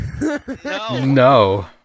No